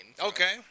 Okay